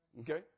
okay